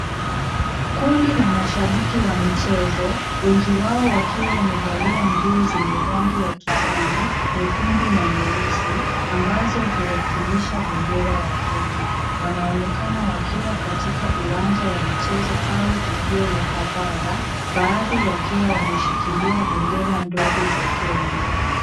Kundi la mashabiki wa michezo, wengi wao wakiwa wamevalia nguo zenye rangi ya kijani, nyekundu na nyeusi, ambazo kuwakilisha bendera ya Kenya. Wanaonekana wakiwa katika uwanja wa michezo au tukio la hadhara, baadhi wakiwa wameshikilia bendera ndogo za Kenya.